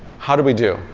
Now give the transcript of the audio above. how do we do?